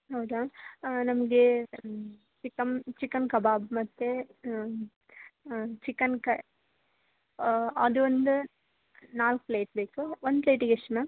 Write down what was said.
ಹೌದಾ ನಮಗೆ chicken chicken ಕಬಾಬ್ ಮತ್ತೇ ಚಿಕನ್ ಕ ಅದೊಂದು ನಾಲ್ಕು ಪ್ಲೇಟ್ ಬೇಕು ಒಂದು ಪ್ಲೇಟಿಗೆ ಎಷ್ಟು ಮ್ಯಾಮ್